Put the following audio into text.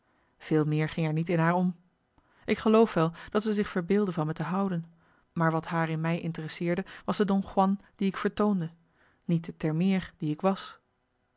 veel meer ging er niet in haar om ik geloof wel dat zij zich verbeeldde van me te houden maar wat haar in mij intersseerde was de don juan die ik vertoonde niet de termeer die ik was